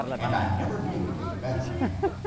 and i never knew a better man.